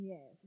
Yes